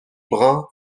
brun